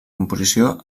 composició